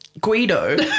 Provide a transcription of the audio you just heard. Guido